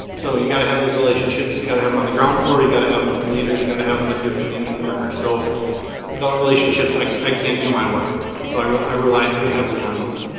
so you gotta have those relationships. you gotta have em on the ground floor. you gotta have em with the leaders. you gotta have em your community partners. so without relationships like i can't do my work so i rely i rely pretty heavily on those,